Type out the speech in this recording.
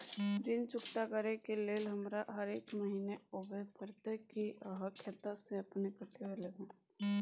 ऋण चुकता करै के लेल हमरा हरेक महीने आबै परतै कि आहाँ खाता स अपने काटि लेबै?